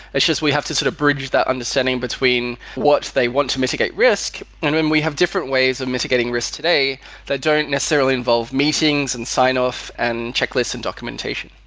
it's just we have to sort of bridge that understanding between what they want to mitigate risk. and we have different ways of mitigating risk today that don't necessarily involve meetings, and signoff, and checklist and documentation.